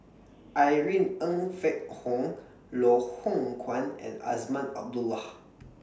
Irene Ng Phek Hoong Loh Hoong Kwan and Azman Abdullah